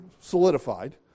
solidified